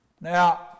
Now